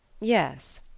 Yes